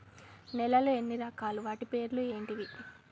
నేలలు ఎన్ని రకాలు? వాటి పేర్లు ఏంటివి?